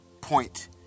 point